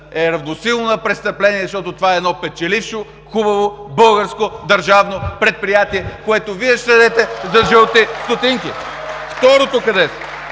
е равносилно на престъпление, защото това е едно печелившо хубаво българско държавно предприятие, което Вие ще дадете за жълти стотинки! (Ръкопляскания